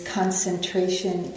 concentration